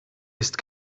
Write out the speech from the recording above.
ist